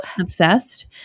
obsessed